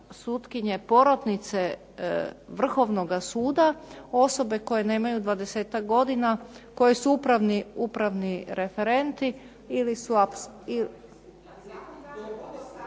porotnice Vrhovnoga suda osobe koje nemaju 20-ak godina, koje su upravni referenti ili su